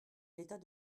l’état